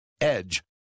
EDGE